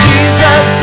Jesus